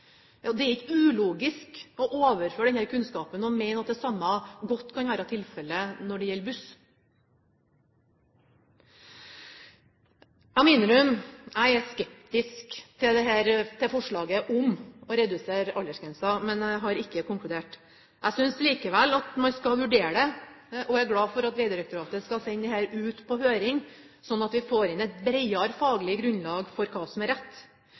Det er ikke ulogisk å overføre denne kunnskapen og mene at det samme godt kan være tilfellet når det gjelder buss. Jeg må innrømme at jeg er skeptisk til forslaget om å redusere aldersgrensen, men jeg har ikke konkludert. Jeg synes likevel at man skal vurdere det, og jeg er glad for at Vegdirektoratet skal sende dette ut på høring, slik at vi får inn et bredere faglig grunnlag for hva som er rett.